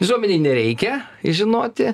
visuomenei nereikia žinoti